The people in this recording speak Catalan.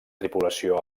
tripulació